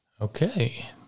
Okay